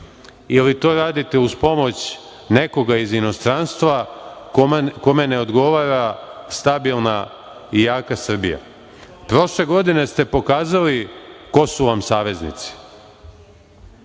ili to radite uz pomoć nekoga iz inostranstva kome ne odgovara stabilna i jaka Srbija? Prošle godine ste pokazali ko su vam saveznici,